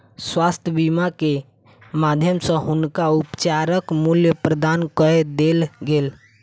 स्वास्थ्य बीमा के माध्यम सॅ हुनकर उपचारक मूल्य प्रदान कय देल गेल